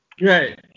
Right